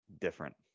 different